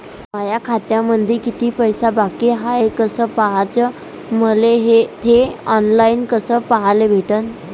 माया खात्यामंधी किती पैसा बाकी हाय कस पाह्याच, मले थे ऑनलाईन कस पाह्याले भेटन?